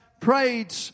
prayed